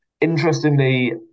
Interestingly